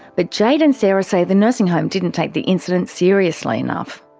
but jade and sarah say the nursing home didn't take the incident seriously enough.